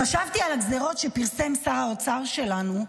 חשבתי על הגזרות שפרסם שר האוצר שלנו,